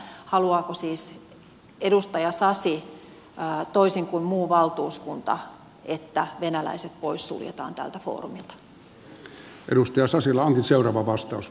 haluaako siis edustaja sasi toisin kuin muu valtuuskunta että venäläiset poissuljetaan tältä foorumilta